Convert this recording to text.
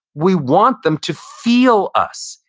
we want them to feel us.